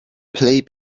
play